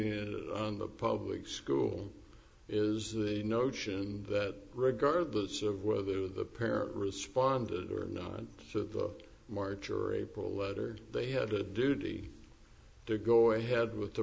condition on the public school is the notion that regardless of whether the parent responded or not on the march or april letter they had a duty to go ahead with the